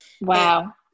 Wow